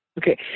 Okay